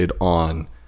on